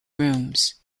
rooms